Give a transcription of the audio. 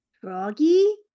Froggy